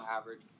average